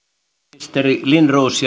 ministeri lindroos